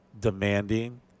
demanding